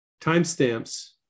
timestamps